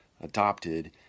adopted